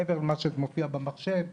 מעבר למה שמופיע במחשב,